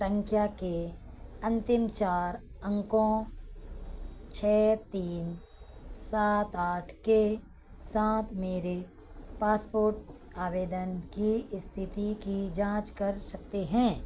संख्या के अंतिम चार अंकों छः तीन सात आठ के साथ मेरे पासपोर्ट आवेदन की स्थिति की जाँच कर सकते हैं